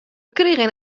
krigen